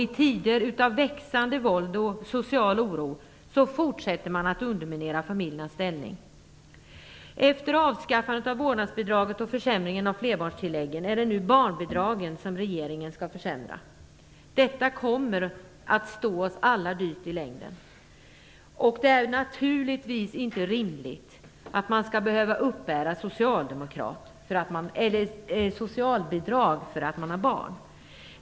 I tider av växande våld och social oro fortsätter man att underminera familjernas ställning. Efter avskaffandet av vårdnadsbidraget och försämringen av flerbarnstilläggen skall regeringen nu försämra barnbidragen. Det kommer att stå oss alla dyrt i längden. Det är naturligtvis inte rimligt att man skall behöva uppbära socialbidrag för att man har barn.